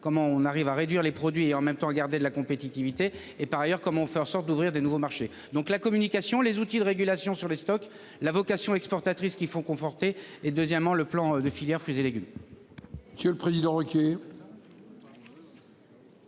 comment on arrive à réduire les produits en même temps, garder de la compétitivité et par ailleurs comme on fait en sorte d'ouvrir de nouveaux marchés. Donc la communication les outils de régulation sur les stocks, la vocation exportatrice qui font conforter et deuxièmement, le plan de filière fruits et légumes.